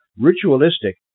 ritualistic